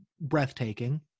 breathtaking